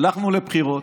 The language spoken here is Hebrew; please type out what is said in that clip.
הלכנו לבחירות,